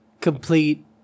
complete